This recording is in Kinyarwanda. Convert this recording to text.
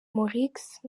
maurix